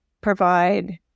provide